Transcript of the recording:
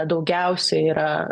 daugiausia yra